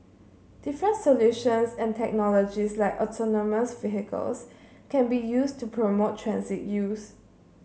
different solutions and technologies like autonomous vehicles can be used to promote transit use